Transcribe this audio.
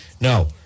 No